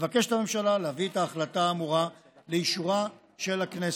מבקשת הממשלה להביא את ההחלטה האמורה לאישורה של הכנסת.